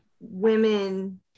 women